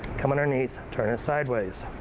come underneath, turn it sideways.